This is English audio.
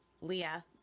Leah